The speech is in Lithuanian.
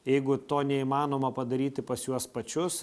jeigu to neįmanoma padaryti pas juos pačius